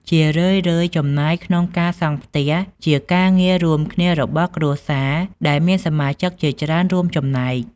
ជារឿយៗ ចំណាយក្នុងការសង់ផ្ទះ ជាការងាររួមគ្នារបស់គ្រួសារ ដែលមានសមាជិកជាច្រើនរួមចំណែក។